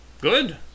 Good